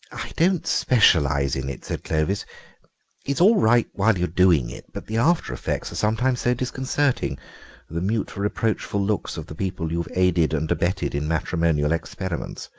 don't specialise in it, said clovis it's all right while you're doing it, but the after-effects are sometimes so disconcerting the mute reproachful looks of the people you've aided and abetted in matrimonial experiments.